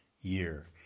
year